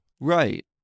Right